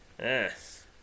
Yes